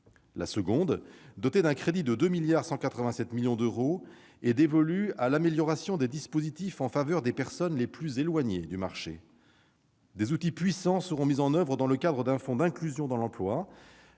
La seconde action, dotée de 2,187 milliards d'euros de crédits, est dévolue à l'amélioration des dispositifs en faveur des personnes les plus éloignées du marché. Des outils puissants seront mis en oeuvre dans le cadre du fonds d'inclusion dans l'emploi,